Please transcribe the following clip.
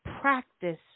practice